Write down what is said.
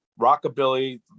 Rockabilly